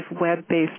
web-based